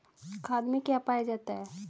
खाद में क्या पाया जाता है?